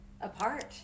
apart